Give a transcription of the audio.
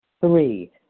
Three